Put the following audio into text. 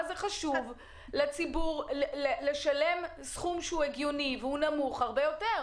זה חשוב למען הציבור לשלם סכום שהוא הגיוני ונמוך הרבה יותר.